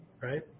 right